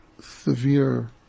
severe